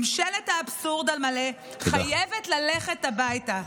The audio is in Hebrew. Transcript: ממשלת האבסורד על מלא חייבת ללכת הביתה.